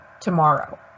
tomorrow